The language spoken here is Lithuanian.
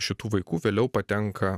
šitų vaikų vėliau patenka